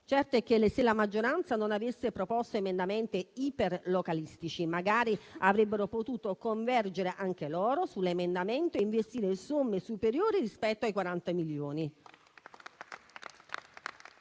Certo è che se la maggioranza non avesse proposto emendamenti iperlocalistici, magari avrebbe potuto convergere sull'emendamento e investire somme superiori rispetto a 40 milioni.